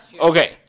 Okay